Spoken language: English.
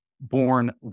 born